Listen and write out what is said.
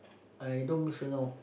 I don't mix around